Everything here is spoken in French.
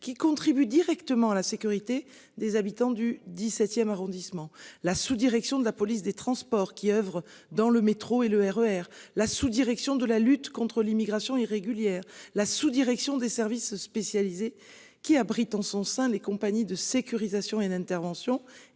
qui contribuent directement à la sécurité des habitants du XVIIe arrondissement, la sous-, direction de la police des transports qui oeuvrent dans le métro et le RER, la sous-, direction de la lutte contre l'immigration irrégulière, la sous-, direction des services spécialisés qui abrite en son sein des compagnies de sécurisation et d'intervention